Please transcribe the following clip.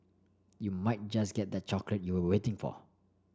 you might just get that chocolate you were waiting for